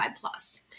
plus